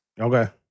Okay